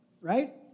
right